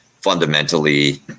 fundamentally